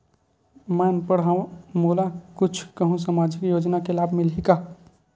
मैं अनपढ़ हाव मोला कुछ कहूं सामाजिक योजना के लाभ मिलही का?